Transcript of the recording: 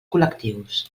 col·lectius